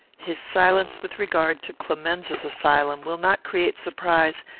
his silence with regard to clemenza's asylum will not create surprise,